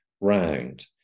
round